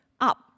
up